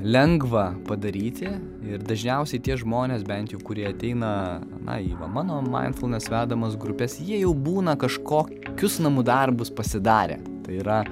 lengva padaryti ir dažniausiai tie žmonės bent jau kurie ateina na į va mano maindfulnes vedamas grupes jie jau būna kažkokius namų darbus pasidarę tai yra